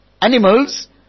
Animals